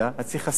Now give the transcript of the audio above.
אז צריך הסעה.